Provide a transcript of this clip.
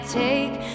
take